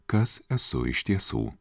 kas esu iš tiesų